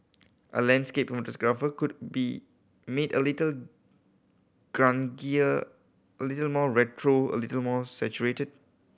a landscape photograph could be made a little grungier a little more retro a little more saturated